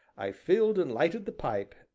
i filled and lighted the pipe,